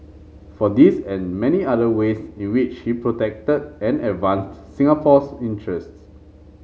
for this and many other ways in which he protected and advanced Singapore's interest